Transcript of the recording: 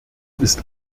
ist